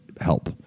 help